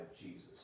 Jesus